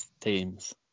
teams